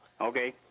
Okay